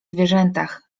zwierzętach